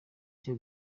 cyo